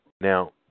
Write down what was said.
now